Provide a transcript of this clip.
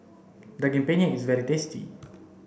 Daging Penyet is very tasty